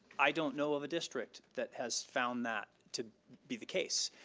i don't know of a district, that has found that to be the case.